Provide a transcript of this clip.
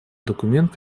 документ